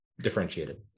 differentiated